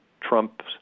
trump